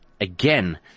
again